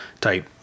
type